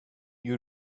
you